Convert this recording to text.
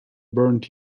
burned